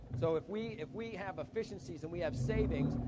so, if we if we have efficiencies and we have savings,